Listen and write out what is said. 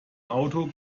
auto